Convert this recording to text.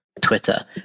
twitter